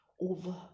over